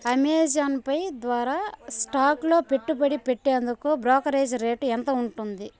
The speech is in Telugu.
అమెజాన్ పే ద్వారా స్టాక్లో పెట్టుబడి పెట్టేందుకు బ్రోకరేజీ రేటు ఎంత ఉంటుంది